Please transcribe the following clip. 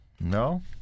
No